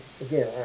again